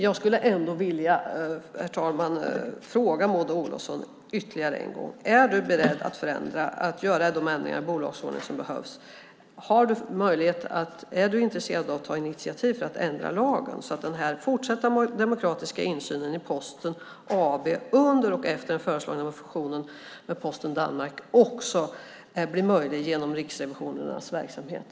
Jag skulle vilja fråga Maud Olofsson ytterligare en gång: Är du beredd att vidta de ändringar i bolagsordningen som behövs? Är du intresserad av att ta initiativ till att ändra lagen så att den fortsatta demokratiska insynen i Posten AB under och efter den föreslagna fusionen med posten i Danmark också blir möjlig genom riksrevisionernas verksamhet?